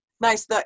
Nice